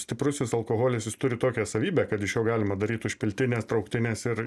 stiprusis alkoholis jis turi tokią savybę kad iš jo galima daryt užpiltines trauktines ir